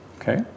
Okay